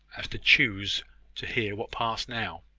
as to choose to hear what passed now,